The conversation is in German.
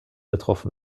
getroffen